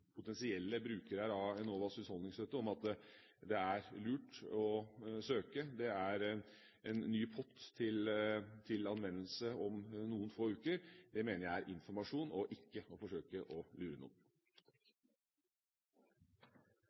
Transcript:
potensielle brukere av Enovas husholdningsstøtte om at det er lurt å søke, at det er en ny pott til anvendelse om noen få uker, mener jeg er informasjon og ikke forsøk på å lure